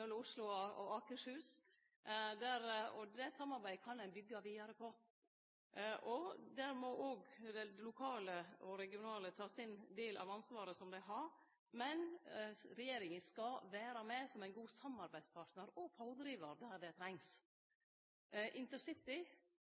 mellom Oslo og Akershus. Det samarbeidet kan ein byggje vidare på, og dei lokale og regionale må òg ta sin del av ansvaret dei har. Men regjeringa skal vere med som ein god samarbeidspartnar og pådrivar, der det